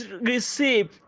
receive